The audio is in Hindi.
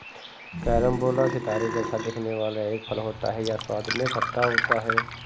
कैरम्बोला सितारे जैसा दिखने वाला एक फल होता है यह स्वाद में खट्टा होता है